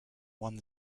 one